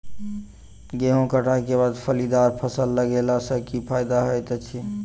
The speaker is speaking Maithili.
गेंहूँ कटाई केँ बाद फलीदार फसल लगेला सँ की फायदा हएत अछि?